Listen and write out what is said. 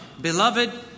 Beloved